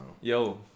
Yo